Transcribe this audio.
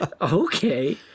Okay